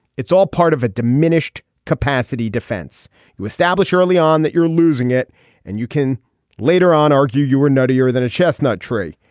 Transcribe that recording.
it's all part of a diminished capacity defense to establish early on that you're losing it and you can later on argue you were nuttier than a chestnut tree.